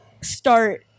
start